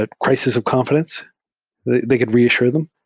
ah cris is of confidence that they could reassure them.